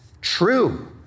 true